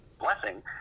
blessing